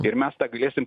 ir mes tą galėsim